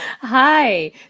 Hi